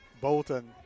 Bolton